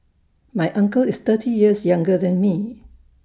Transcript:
my uncle is thirty years younger than me